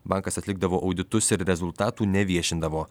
bankas atlikdavo auditus ir rezultatų neviešindavo